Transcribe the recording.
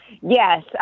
Yes